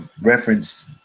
reference